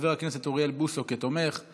חברת הכנסת יוליה מלינובסקי, אינה נוכחת,